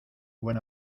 buena